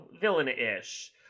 villain-ish